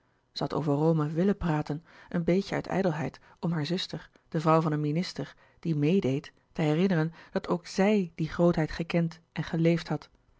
had over rome willen praten een beetje uit ijdelheid om hare zuster de vrouw van louis couperus de boeken der kleine zielen een minister die meêdeed te herinneren dat ook zij die grootheid gekend en geleefd had